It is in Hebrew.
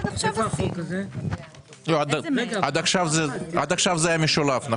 עד עכשיו זה היה משולב.